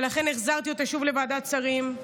ולכן החזרתי אותה שוב לוועדת שרים,